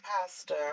pastor